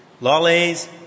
lollies